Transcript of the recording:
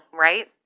right